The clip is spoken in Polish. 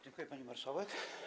Dziękuję, pani marszałek.